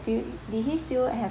do you did he still have